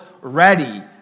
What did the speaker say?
ready